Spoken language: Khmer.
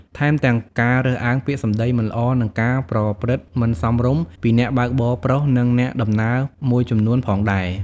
ថែមទាំងការរើសអើង ពាក្យសម្ដីមិនល្អ និងការប្រព្រឹត្តមិនសមរម្យពីអ្នកបើកបរប្រុស និងអ្នកដំណើរមួយចំនួនផងដែរ។